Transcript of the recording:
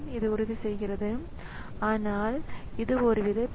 எனவே மனிதர்களுக்கு உள்ளார்ந்த ஒரு வேக வரம்பு உள்ளது